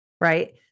Right